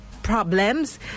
Problems